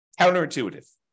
Counterintuitive